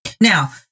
Now